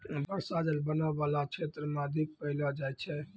बर्षा जल बनो बाला क्षेत्र म अधिक पैलो जाय छै